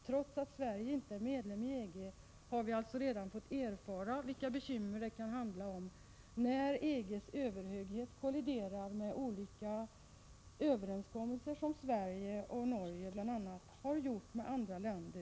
Trots att Sverige inte är medlem i EG har vi alltså redan fått erfara vilka bekymmer det kan bli fråga om när EG:s överhöghet kolliderar med olika överenskommelser i miljöfrågor som Sverige och Norge träffar med andra länder.